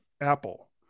Apple